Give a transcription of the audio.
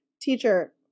Teacher